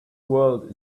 world